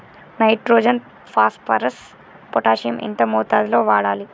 Nitrogen phosphorus potassium ఎంత మోతాదు లో వాడాలి?